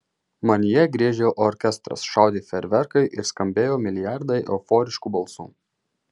manyje griežė orkestras šaudė fejerverkai ir skambėjo milijardai euforiškų balsų